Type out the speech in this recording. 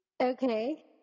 Okay